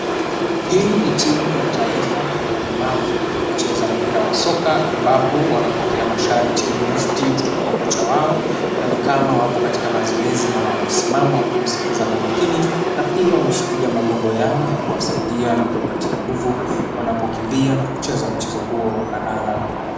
Hii ni timu ya taifa ya walemavu wa kucheza mpira wa soka ambapo wanapokea masharti mufti kutoka kwa kocha wao na nikama wapo katika mazoezi maana wamesimama wakimsikiza kwa makini na pia wameshikilia magongo yao ya kuwasaidia na kuwapatia nguvu wanapokimbia na kucheza mchezo huo wa kandanda.